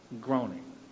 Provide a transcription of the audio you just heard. groaning